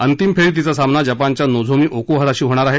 अंतिम फेरीत तिचा सामना जपानच्या नोझोमी ओकुहाराशी होणार आहे